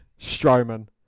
Strowman